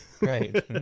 Right